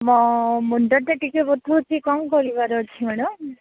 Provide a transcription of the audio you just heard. ମୋ ମୁଣ୍ଡଟା ଟିକେ ବଥାଉଛି କ'ଣ କରିବାର ଅଛି ମ୍ୟାଡ଼ାମ୍